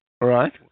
right